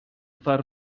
far